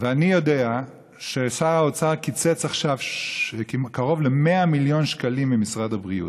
ואני יודע ששר האוצר קיצץ עכשיו קרוב ל-100 מיליון שקלים ממשרד הבריאות.